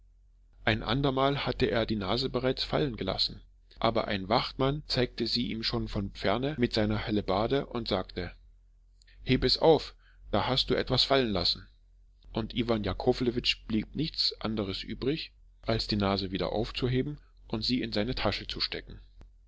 ein andermal hatte er die nase bereits fallen lassen aber ein wachmann zeigte sie ihm schon von ferne mit seiner hellebarde und sagte heb es auf da hast du etwas fallen lassen und iwan jakowlewitsch blieb nichts anderes übrig als die nase wieder aufzuheben und sie in seine tasche zu stecken